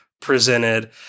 presented